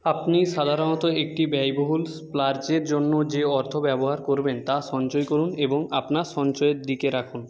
আপনি সাধারণত একটি ব্যয়বহুল স্প্লার্জের জন্য যে অর্থ ব্যবহার করবেন তা সঞ্চয় করুন এবং আপনার সঞ্চয়ের দিকে রাখুন